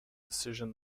decision